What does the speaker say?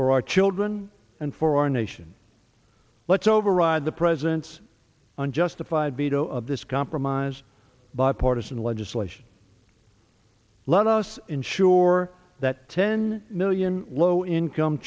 for our children and for our nation let's override the president's unjustified veto of this compromise bipartisan legislation let us ensure that ten million low income